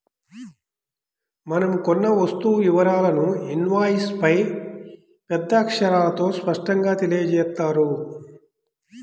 మనం కొన్న వస్తువు వివరాలను ఇన్వాయిస్పై పెద్ద అక్షరాలతో స్పష్టంగా తెలియజేత్తారు